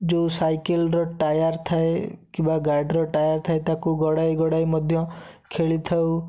ଯେଉଁ ସାଇକେଲର ଟାୟାର ଥାଏ କିବା ଗାଡ଼ିର ଟାୟାର ଥାଏ ତାକୁ ଗଡ଼ାଇ ଗଡ଼ାଇ ମଧ୍ୟ ଖେଳିଥାଉ